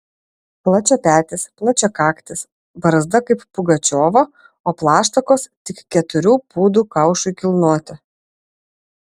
plačiapetis plačiakaktis barzda kaip pugačiovo o plaštakos tik keturių pūdų kaušui kilnoti